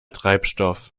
treibstoff